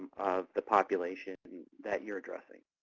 of the population that you are addressing.